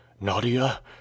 Nadia